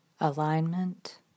Alignment